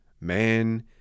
Man